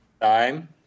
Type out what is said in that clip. time